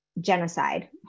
genocide